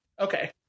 Okay